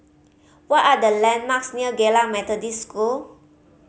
what are the landmarks near Geylang Methodist School